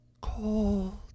cold